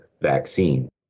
vaccine